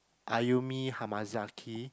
Ayumi Hamazaki